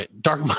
Dark